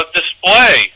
display